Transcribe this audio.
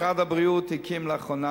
משרד הבריאות הקים לאחרונה,